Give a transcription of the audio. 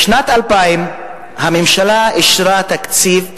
בשנת 2000 הממשלה אישרה תקציב,